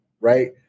right